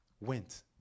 went